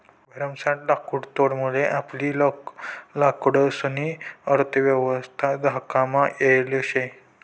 भरमसाठ लाकुडतोडमुये आपली लाकडंसनी अर्थयवस्था धोकामा येल शे